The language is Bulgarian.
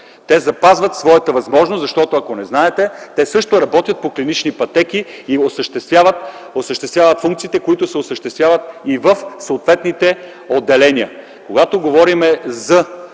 Те запазват своята възможност, защото, ако не знаете, те също работят по клинични пътеки и изпълняват функциите, които се осъществяват и в съответните отделения.